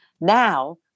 Now